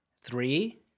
three